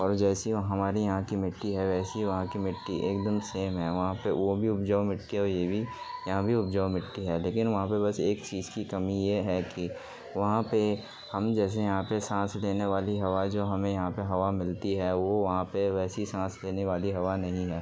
اور جیسی ہمارے یہاں کی مٹی ہے ویسی وہاں کی مٹی ایک دم سیم ہے وہاں پہ وہ بھی اپجاؤ مٹی ہے یہ بھی یہاں بھی اپجاؤ مٹی ہے لیکن وہاں پر بس ایک چیز کی کمی یہ ہے کہ وہاں پہ ہم جیسے یہاں پہ سانس لینے والی ہوا جو ہمیں یہاں پہ ہوا ملتی ہے وہ وہاں پہ ویسی سانس لینے والی ہوا نہیں ہے